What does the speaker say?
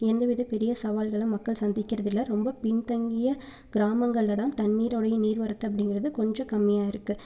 எந்த வித பெரிய சவால்களும் மக்கள் சந்திக்கிறது இல்லை ரொம்ப பின்தங்கிய கிராமங்கள்லதான் தண்ணீரோடைய நீர்வரத்து அப்படிங்கிறது கொஞ்சம் கம்மியாக இருக்குது